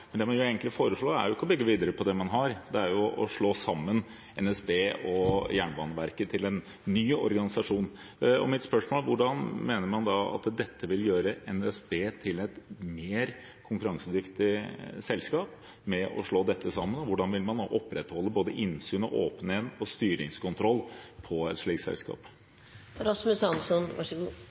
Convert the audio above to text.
Men det man egentlig foreslår, er ikke å bygge videre på det man har, det er å slå sammen NSB og Jernbaneverket til en ny organisasjon. Mitt spørsmål er da: Hvordan mener man at det vil gjøre NSB til et mer konkurransedyktig selskap å slå dette sammen, og hvordan vil man opprettholde innsyn, åpenhet og styringskontroll på et